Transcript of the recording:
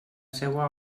seua